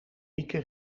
mieke